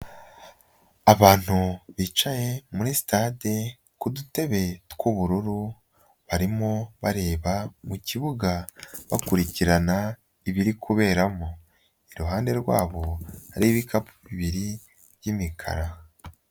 Abantu bicaye muri sitade ku dutebe tw'ubururu barimo bareba mu kibuga bakurikirana ibiri kuberamo, iruhande rwabo hari ibikapu bibiri by'imikara.